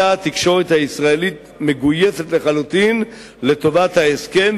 היתה התקשורת הישראלית מגויסת לחלוטין לטובת ההסכם,